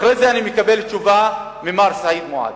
אחרי זה אני מקבל תשובה ממר סעיד מועדי,